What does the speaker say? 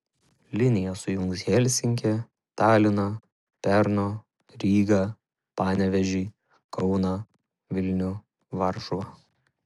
linija sujungs helsinkį taliną pernu rygą panevėžį kauną vilnių varšuvą